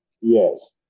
Yes